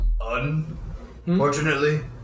Unfortunately